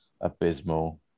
abysmal